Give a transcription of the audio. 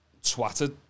swatted